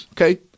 Okay